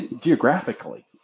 geographically